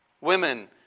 Women